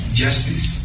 justice